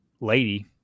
lady